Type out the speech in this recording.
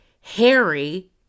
Harry